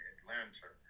Atlanta